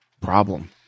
problem